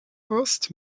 wirst